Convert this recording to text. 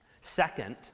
Second